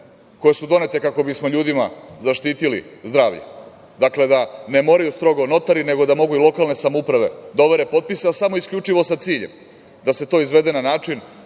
koje su doneste kako bismo ljudima zaštitili zdravlje. Dakle, da ne moraju strogo notari, nego da mogu i lokalne samouprave da overe potpise, a samo isključivo sa ciljem da se to izvede na način